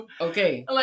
Okay